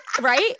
right